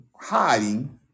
hiding